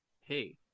Hey